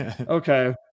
Okay